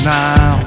now